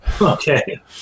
Okay